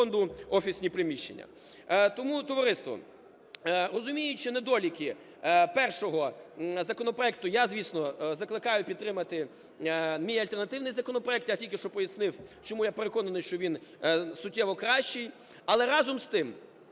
Тому, товариство, розуміючи недоліки першого законопроекту, я звісно закликаю підтримати мій альтернативний законопроект. Я тільки що пояснив чому я переконаний, що він суттєво кращий.